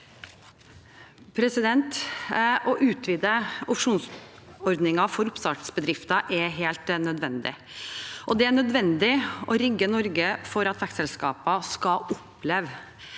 Å utvide opsjonsordningen for oppstartsbedrifter er helt nødvendig, og det er nødvendig å rigge Norge for at vekstselskaper skal oppleve